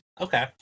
okay